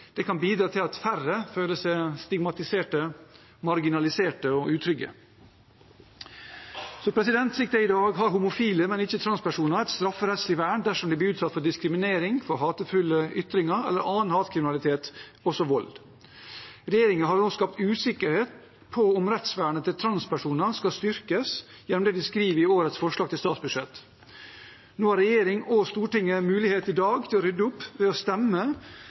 kjønnskategori, kan bidra til at færre føler seg stigmatiserte, marginaliserte og utrygge. Slik det er i dag, har homofile, men ikke transpersoner, et straffevern dersom de blir utsatt for diskriminering, hatefulle ytringer eller annen hatkriminalitet, også vold. Regjeringen har også skapt usikkerhet om hvorvidt rettsvernet til transpersoner skal styrkes, gjennom det de skriver i årets forslag til statsbudsjett. Nå har regjeringspartiene og Stortinget ellers i dag muligheten til å rydde opp ved å stemme